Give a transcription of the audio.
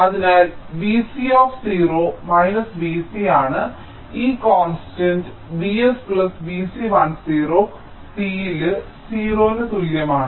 അതിനാൽ Vc Vc ആണ് ഈ കോൺസ്റ്റന്റ് Vs Vc10 t ൽ 0 ന് തുല്യമാണ്